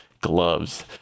gloves